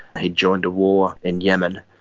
he'd joined a war in yemen,